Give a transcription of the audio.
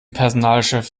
personalchef